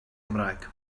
cymraeg